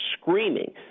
screaming